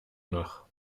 nach